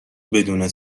بدون